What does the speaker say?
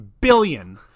billion